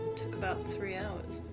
took about three hours.